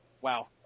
wow